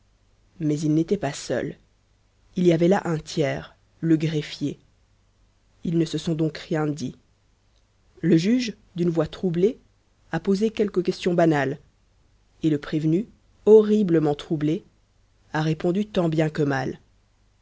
mais ils n'étaient pas seuls il y avait là un tiers le greffier ils ne se sont donc rien dit le juge d'une voix troublée a posé quelques questions banales et le prévenu horriblement troublé a répondu tant bien que mal